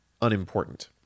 unimportant